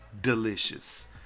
delicious